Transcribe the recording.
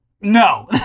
no